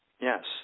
Yes